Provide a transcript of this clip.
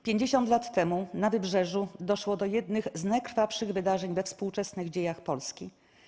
50 lat temu na Wybrzeżu doszło do jednych z najkrwawszych wydarzeń we współczesnych dziejach Polski.